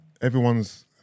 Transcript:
Everyone's